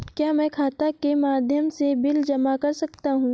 क्या मैं खाता के माध्यम से बिल जमा कर सकता हूँ?